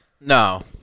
No